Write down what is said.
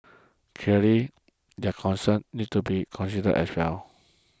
clearly their concerns need to be considered as well